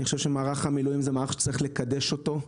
אני חושב שמערך המילואים זה מערך שצריך לקדש אותו,